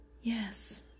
Yes